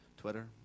Twitter